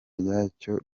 ryacyo